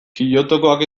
kyotokoak